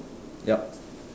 yup